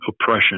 oppression